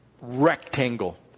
rectangle